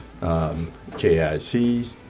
KIC